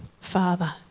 Father